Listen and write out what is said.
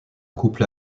couple